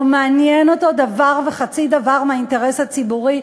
לא מעניין אותו דבר וחצי דבר מהאינטרס הציבורי.